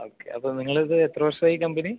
okay അപ്പോൾ നിങ്ങൾ ഇത് എത്ര വർഷമായി ഈ കമ്പനി